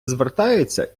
звертаються